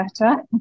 better